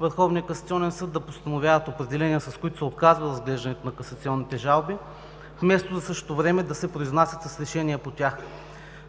Върховния касационен съд да постановяват определения, с които се отказва разглеждането на касационните жалби, вместо за същото време да се произнасят с решения по тях.